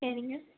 சரிங்க